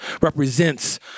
represents